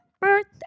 birthday